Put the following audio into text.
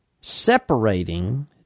separating